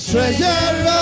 Treasure